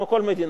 כמו כל מדינה,